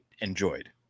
enjoyed